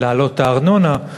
להעלות את הארנונה.